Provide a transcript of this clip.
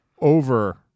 over